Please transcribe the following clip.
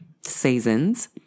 Seasons